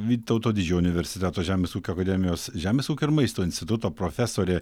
vytauto didžiojo universiteto žemės ūkio akademijos žemės ūkio ir maisto instituto profesorė